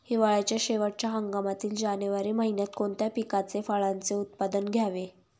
हिवाळ्याच्या शेवटच्या हंगामातील जानेवारी महिन्यात कोणत्या पिकाचे, फळांचे उत्पादन घ्यावे?